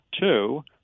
Two